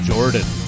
Jordan